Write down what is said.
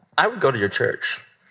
i would go to your church